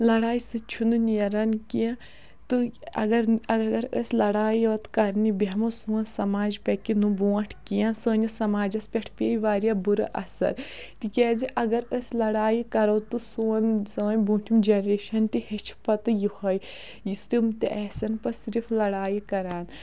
لڑٲیہِ سۭتۍ چھُنہٕ نیران کیٚنہہ تہٕ اگر اگر أسۍ لڑایہِ یوت کَرنہِ بیٚہمو سون سماج پَکہِ نہٕ برٛونٛٹھ کیٚنہہ سٲنِس سماجَس پٮ۪ٹھ پیٚیہِ واریاہ بُرٕ اثر تِکیٛازِ اگر أسۍ لڑایہِ کَرَو تہٕ سون سٲنۍ برٛوٗنٛٹھِم جَنریشَن تہِ ہیٚچھِ پَتہٕ یِہوٚے یُس تِم تہِ آسَن پَتہٕ صرف لڑایہِ کران